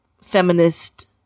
feminist